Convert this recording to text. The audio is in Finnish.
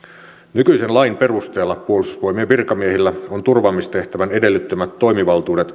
nykyisen lain perusteella puolustusvoimien virkamiehillä on turvaamistehtävän edellyttämät toimivaltuudet